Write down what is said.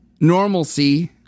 normalcy